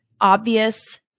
obvious